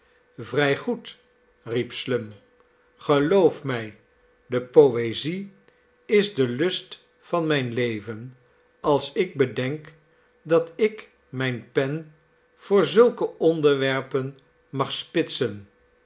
vrij goed riep slum geloof mij de poezie is de lust van mijn leven als ik bedenk dat ik mijne pen voor zulke onderwerpen mag spitsen